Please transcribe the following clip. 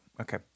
Okay